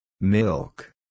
Milk